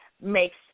makes